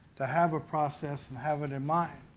to have a process and have it in mind.